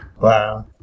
Wow